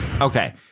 Okay